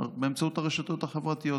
באמצעות הרשתות החברתיות.